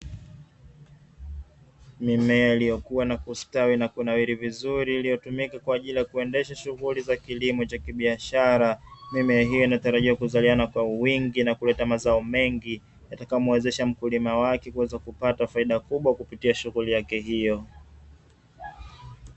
Mimea iliyokuwa na kustawi na kunawiri vizuri iliyotumika kwa ajili ya kuendesha shughuli za kilimo cha kibiashara. Mimea hiyo inatarajia kuzaliana kwa wingi na kuleta mazao mengi yatakayomwezesha mkulima wake kuweza kupata faida kubwa kupitia shughuli yake hiyo.